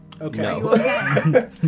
Okay